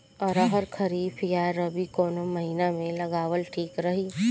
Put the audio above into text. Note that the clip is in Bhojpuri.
अरहर खरीफ या रबी कवने महीना में लगावल ठीक रही?